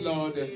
Lord